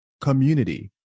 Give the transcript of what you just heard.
Community